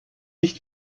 nicht